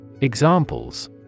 Examples